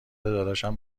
داداشم